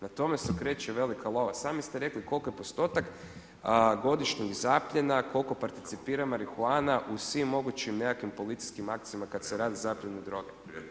Na tome se okreće velika lova, sami ste rekli koliko je postotak godišnjeg zapiljena, koliko participira marihuana u svim mogućim nekakvim policijskim akcijama, kada se radi zapiljena droge.